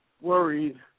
worried